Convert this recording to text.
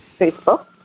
Facebook